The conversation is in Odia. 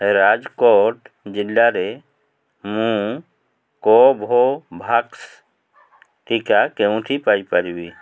ରାଜକୋଟ ଜିଲ୍ଲାରେ ମୁଁ କୋଭୋଭ୍ୟାକ୍ସ ଟିକା କେଉଁଠି ପାଇ ପାରିବି